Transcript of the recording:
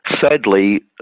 sadly